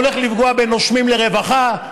הולך לפגוע ב"נושמים לרווחה".